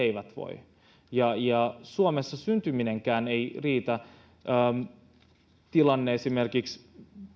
eivät voi ja ja suomessa syntyminenkään ei riitä tilanne esimerkiksi